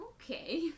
okay